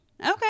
Okay